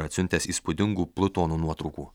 atsiuntęs įspūdingų plutono nuotraukų